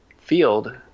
field